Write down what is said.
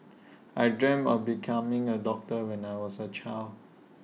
I dreamt of becoming A doctor when I was A child